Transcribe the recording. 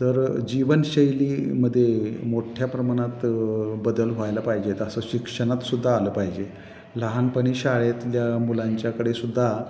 तर जीवनशैलीमध्ये मोठ्या प्रमाणात बदल व्हायला पाहिजेत असं शिक्षणात सुद्धा आलं पाहिजे लहानपणी शाळेतल्या मुलांच्याकडे सुद्धा